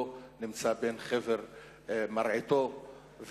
אף-על-פי שאני לא נמנה עם חבר מרעיתו וכנסייתו,